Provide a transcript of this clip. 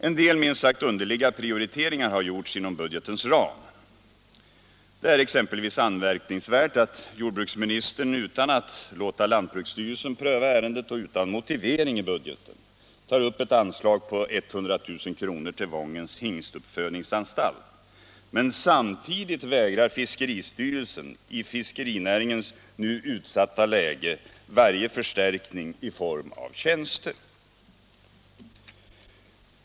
En del minst sagt underliga prioriteringar har gjorts inom budgetens ram. Det är exempelvis anmärkningsvärt att jordbruksministern utan att låta lantbruksstyrelsen pröva ärendet och utan motivering i budgeten tar upp ett anslag på 100 000 kr. till Wångens hingstuppfödningsanstalt men samtidigt vägrar fiskeristyrelsen varje förstärkning i form av tjänster i fiskerinäringens nu utsatta läge.